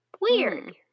Weird